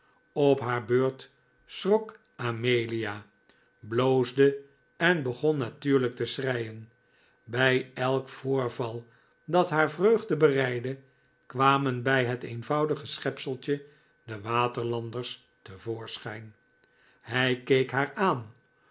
op haar beurt schrok amelia bloosde en begon natuurlijk te schreien bij elk voorval dat haar vreugde bereidde kwamen bij het eenvoudige schepseltje de waterlanders te voorschijn hij keek haar aan